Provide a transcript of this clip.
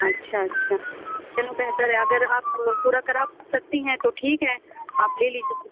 اچھا اچھا چلو بہتر ہے اگر آپ پورا کرا سکتی ہیں تو ٹھیک ہے آپ لے لیجیے چُھٹی